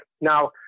Now